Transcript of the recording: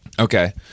Okay